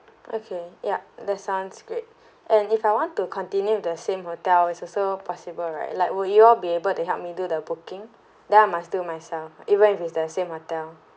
okay yup that sounds great and if I want to continue with the same hotel is also possible right like would you all be able to help me do the booking then I must do myself even if it's the same hotel